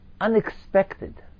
unexpected